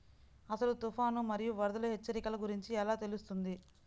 అసలు తుఫాను మరియు వరదల హెచ్చరికల గురించి ఎలా తెలుస్తుంది?